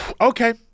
okay